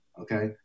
Okay